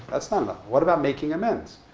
that's not enough. what about making amends?